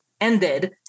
ended